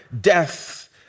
death